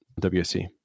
WSC